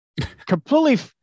completely